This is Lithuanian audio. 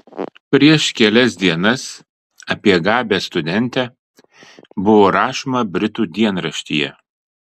prieš kelias dienas apie gabią studentę buvo rašoma britų dienraštyje